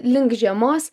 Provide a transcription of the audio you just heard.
link žiemos